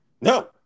No